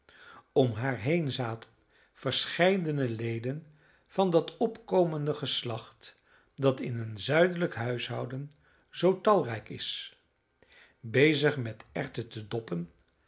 om haar heen zaten verscheidene leden van dat opkomende geslacht dat in een zuidelijk huishouden zoo talrijk is bezig met erwten te doppen